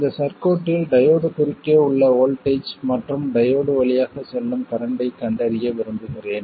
இந்த சர்க்யூட் டில் டையோடு குறுக்கே உள்ள வோல்ட்டேஜ் மற்றும் டையோடு வழியாக செல்லும் கரண்ட்ட ஐக் கண்டறிய விரும்புகிறேன்